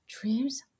dreams